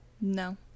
No